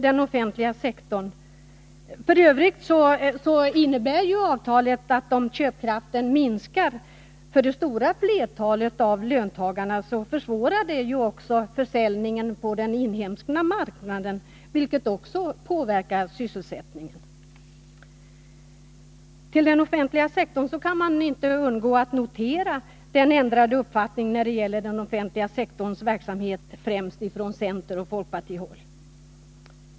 Dessutom innebär avtalet att om köpkraften minskar för det stora flertalet av löntagarna försvåras försäljningen på den inhemska marknaden, vilket också påverkar sysselsättningen. Man kan inte undgå att notera den ändrade uppfattningen i fråga om den offentliga sektorns verksamhet, främst från centeroch folkpartihåll.